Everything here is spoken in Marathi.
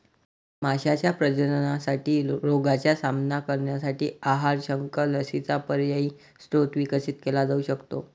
माशांच्या प्रजननासाठी रोगांचा सामना करण्यासाठी आहार, शंख, लसींचा पर्यायी स्रोत विकसित केला जाऊ शकतो